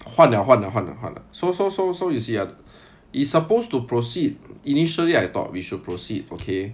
换了换了换了换了 so so so so you see ah it's supposed to proceed initially I thought we should proceed okay